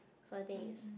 so I think is